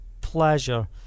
pleasure